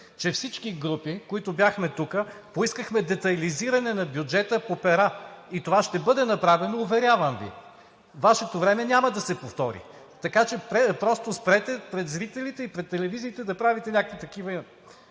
че всички групи, които бяхме тук, поискахме детайлизиране на бюджета по пера. И това ще бъде направено, уверявам Ви. Вашето време няма да се повтори, така че просто спрете пред зрителите и пред телевизиите да правите някакви реклами